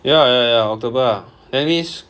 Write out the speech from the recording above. ya ya ya october lah that means